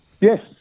Yes